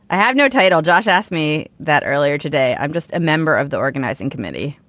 i have no title josh asked me that earlier today. i'm just a member of the organizing committee.